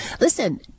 Listen